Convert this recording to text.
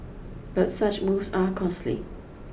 but such moves are costly